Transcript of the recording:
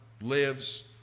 lives